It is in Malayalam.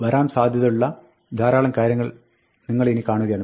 വരാൻ സാധ്യതയുള്ള ധാരാളം കാര്യങ്ങൾ നിങ്ങൾ ഇനി കാണുകയാണ്